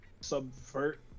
subvert